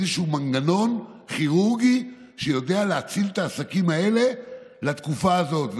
איזשהו מנגנון כירורגי שידע להציל את העסקים האלה בתקופה הזאת,